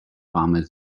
farmers